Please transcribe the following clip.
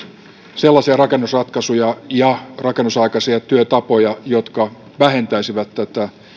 sellaisia rakennusratkaisuja ja rakennusaikaisia työtapoja jotka vähentäisivät tätä